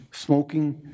Smoking